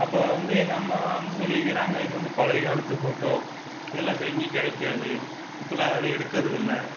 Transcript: அப்போது வந்து எங்கள் அம்மா வந்து சொல்லி இருக்கிறாங்க இது வந்து பழைய காலத்து ஃபோட்டோ இதெலாம் இப்போ எங்கேயும் கிடைக்காது இப்பெல்லாம் யாரும் எடுக்கிறது இல்லை